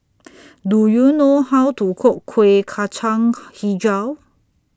Do YOU know How to Cook Kuih Kacang Hijau